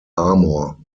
armour